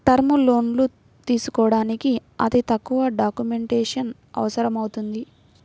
term లోన్లు తీసుకోడానికి అతి తక్కువ డాక్యుమెంటేషన్ అవసరమవుతుంది